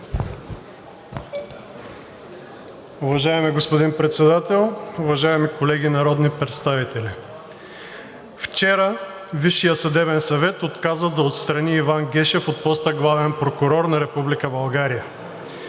Уважаеми господин Председател, уважаеми колеги народни представители! Вчера Висшият съдебен съвет отказа да отстрани Иван Гешев от поста „главен прокурор на